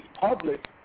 public